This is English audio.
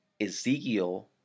Ezekiel